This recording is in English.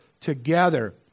together